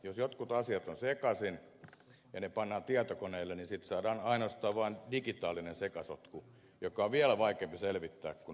jos jotkut asiat ovat sekaisin ja ne pannaan tietokoneelle niin siitä saadaan ainoastaan vain digitaalinen sekasotku joka on vielä vaikeampi selvittää kun